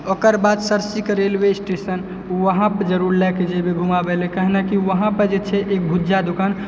ओकर बाद सरसीके रेलवे स्टेशन वहाँ पे जरुर लए के जेबै घुमाबय लए काहेकि वहाँ पर जे छै एक भुजा दुकान ओ